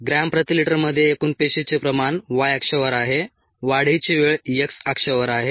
gram प्रति लिटरमध्ये एकूण पेशीचे प्रमाण y अक्षावर आहे वाढीची वेळ x अक्षावर आहे